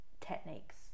techniques